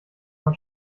man